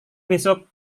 besok